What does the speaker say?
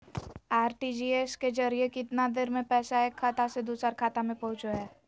RTGS के जरिए कितना देर में पैसा एक खाता से दुसर खाता में पहुचो है?